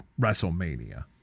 WrestleMania